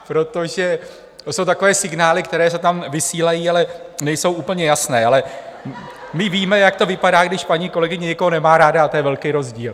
Protože to jsou takové signály, které se tam vysílají, ale nejsou úplně jasné, ale my víme, jak to vypadá, když paní kolegyně někoho nemá ráda, a to je velký rozdíl.